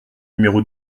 numéro